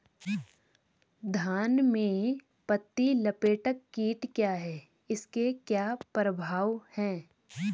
धान में पत्ती लपेटक कीट क्या है इसके क्या प्रभाव हैं?